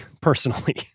personally